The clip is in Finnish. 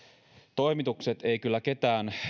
toimitukset eivät kyllä ketään